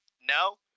no